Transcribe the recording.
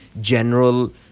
general